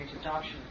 adoption